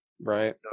Right